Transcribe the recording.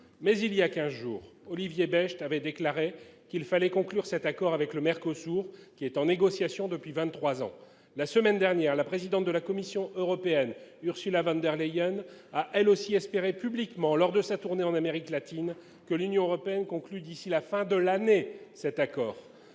Mais, voilà quinze jours, Olivier Becht déclarait qu'il fallait conclure cet accord avec le Mercosur, en négociation depuis vingt-trois ans. La semaine dernière, la présidente de la Commission européenne Ursula von der Leyen a, elle aussi, espéré publiquement, lors de sa tournée en Amérique latine, que l'Union européenne conclurait d'ici à la fin de l'année cet accord.